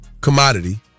commodity